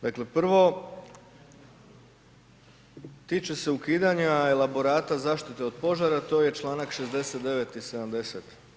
Dakle, prvo tiče se ukidanje elaborata zaštite od požara, to je čl. 69 i 70.